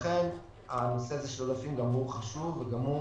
לכן נושא העודפים גם הוא חשוב וגם הוא